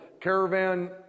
caravan